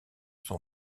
son